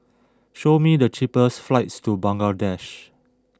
show me the cheapest flights to Bangladesh